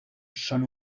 son